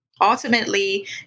Ultimately